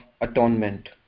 atonement